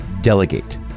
delegate